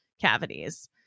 cavities